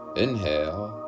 inhale